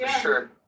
sure